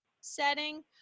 setting